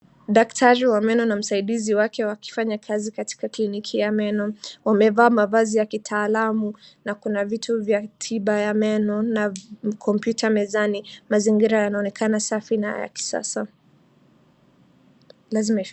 Daktari wa meno na msaidizi wake wakifanya kazi katika kliniki ya meno. Wamevaa mavazi ya kitaalamu na kuna vitu vya tiba ya meno na kompyuta menzani. Mazingira yanaonekana safi na ya kisasa.